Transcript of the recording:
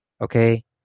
Okay